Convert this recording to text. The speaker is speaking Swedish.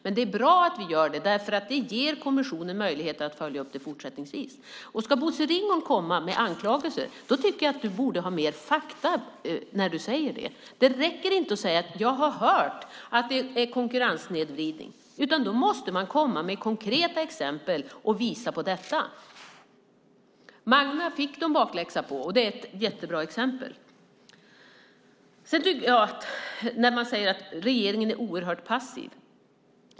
Men det är bra att vi gör det, därför att det ger kommissionen möjligheter att följa upp det fortsättningsvis. Om Bosse Ringholm ska komma med anklagelser tycker jag att han borde ha mer fakta. Det räcker inte att säga att man har hört att det är konkurrenssnedvridning, utan då måste man komma med konkreta exempel och visa på dessa. Magna fick de bakläxa på, och det är ett jättebra exempel. Bosse Ringholm säger att regeringen är oerhört passiv.